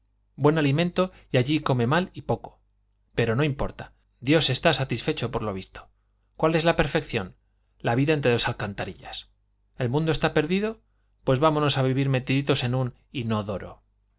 buen alimento y allí come mal y poco pero no importa dios está satisfecho por lo visto cuál es la perfección la vida entre dos alcantarillas el mundo está perdido pues vámonos a vivir metiditos en un inodoro